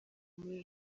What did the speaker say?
muri